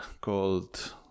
called